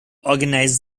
organized